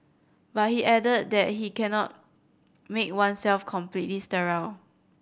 but he added that he cannot make oneself completely sterile